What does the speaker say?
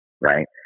right